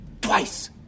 twice